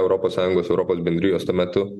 europos sąjungos europos bendrijos tuo metu